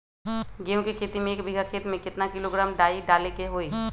गेहूं के खेती में एक बीघा खेत में केतना किलोग्राम डाई डाले के होई?